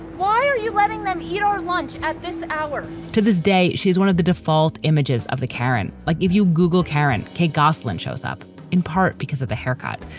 why are you letting them eat lunch at this hour to this day? she's one of the default images of the karen. like, if you google karen, kate gosselin shows up in part because of the haircut.